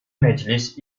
meclis